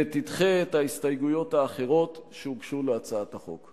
ותדחה את ההסתייגויות האחרות שהוגשו להצעת החוק.